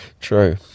True